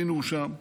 והינה הוא שם בקרב.